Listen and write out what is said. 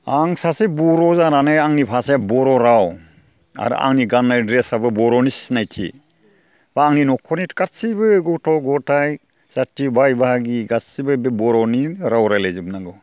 आं सासे बर' जानानै आंनि भाषाया बर' राव आरो आंनि गाननाय ड्रेसआबो बर'नि सिनायथि एबा आंनि न'खरनि गासैबो गथ' गथाय जाथि बाय बाहागि गासैबो बे बर'नि राव रायज्लाय जोबनांगौ